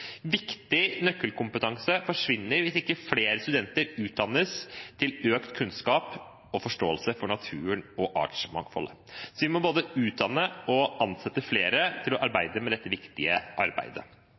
Viktig nøkkelkompetanse forsvinner hvis ikke flere studenter utdannes til økt kunnskap om og forståelse for naturen og artsmangfoldet. Så vi må både utdanne flere og ansette flere til å arbeide med dette viktige arbeidet.